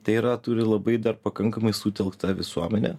tai yra turi labai dar pakankamai sutelktą visuomenę